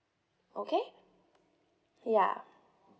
okay ya